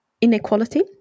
inequality